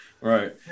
Right